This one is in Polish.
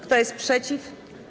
Kto jest przeciw?